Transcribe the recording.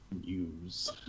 News